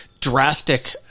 drastic